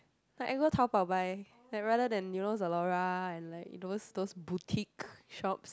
like I go Taobao buy like rather than you know Zalora and like those those boutique shops